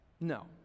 No